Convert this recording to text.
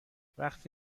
وقتی